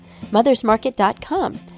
mothersmarket.com